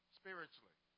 spiritually